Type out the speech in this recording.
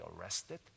arrested